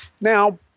Now